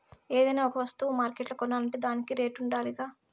ఏదైనా ఒక వస్తువ మార్కెట్ల కొనాలంటే దానికో రేటుండాలిగా